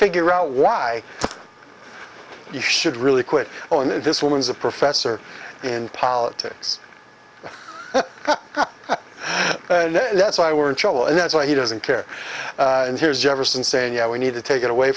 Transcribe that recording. figure out why you should really quit on it this woman is a professor in politics that's why we're in trouble and that's why he doesn't care and here's jefferson saying yeah we need to take it away